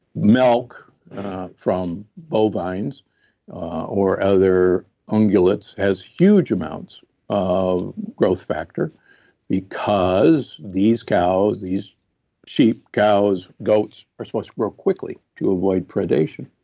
milk from bovines or other ungulates, has huge amounts of growth factor because these cows, these sheep, cows, goats, are supposed to grow quickly to avoid predation.